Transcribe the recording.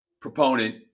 proponent